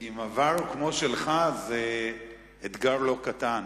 עם עבר כמו שלך זה אתגר לא קטן.